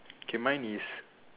okay mine is